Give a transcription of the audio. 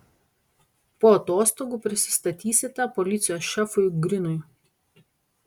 po atostogų prisistatysite policijos šefui grinui